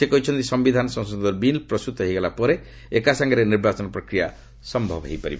ସେ କହିଛନ୍ତି ସମ୍ଭିଧାନ ସଂଶୋଧନ ବିଲ୍ ପ୍ରସ୍ତୁତ ହେଇଗଲା ପରେ ଏକା ସାଙ୍ଗରେ ନିର୍ବାଚନ ପ୍ରକ୍ରିୟା ସମ୍ଭବ ହୋଇପାରିବ